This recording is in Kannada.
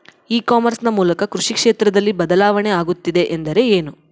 ಇ ಕಾಮರ್ಸ್ ನ ಮೂಲಕ ಕೃಷಿ ಕ್ಷೇತ್ರದಲ್ಲಿ ಬದಲಾವಣೆ ಆಗುತ್ತಿದೆ ಎಂದರೆ ಏನು?